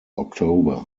october